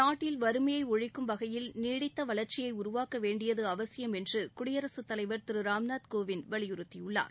நாட்டில் வறுமையை ஒழிக்கும் வகையில் நீடித்த வளர்ச்சியை உருவாக்க வேண்டியது அவசியம் என்று குடியரசு தலைவர் திரு ராம்நாத் கோவிந்த் வலியுறுத்தியுள்ளார்